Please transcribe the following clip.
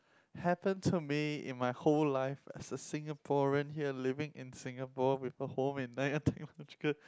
happened to me in my whole life as a Singaporean here living in Singapore with a home in Nanyang-Technological